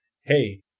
hey